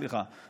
סליחה,